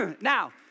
now